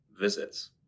visits